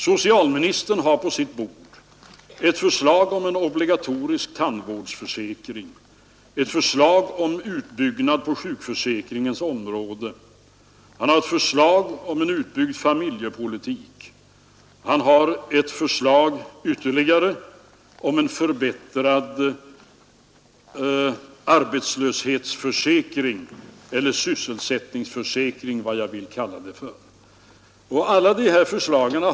Socialministern har på sitt bord liggande ett förslag om en obligatorisk tandvårdsförsäkring och ett förslag om en utbyggnad av sjukförsäkringen. Han har också ett förslag om en utbyggnad av familjepolitiken och ett förslag om en förbättrad arbetslöshetsförsäkring eller — som jag skulle vilja kalla det sysselsättningsförsäkring.